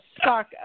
stock